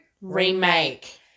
Remake